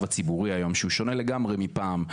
הציבורי היום שהוא שונה לגמרי מפעם.